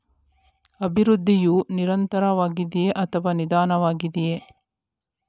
ಅಭಿವೃದ್ಧಿಯು ನಿರಂತರವಾಗಿದೆಯೇ ಅಥವಾ ನಿಧಾನವಾಗಿದೆಯೇ?